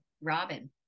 Robin